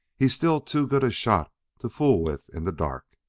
he's still too good a shot to fool with in the dark.